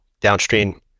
downstream